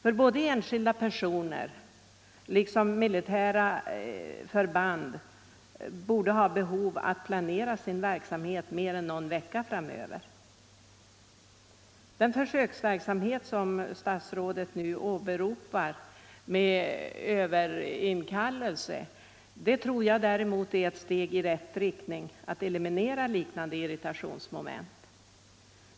Såväl enskilda personer som militära förband borde ha behov av att planera sin verksamhet mer än någon vecka framöver. Den försöksverksamhet med överinkallelser som statsrådet åberopar tror jag däremot är ett steg i rätt riktning för att eliminera sådana här irritationsmoment.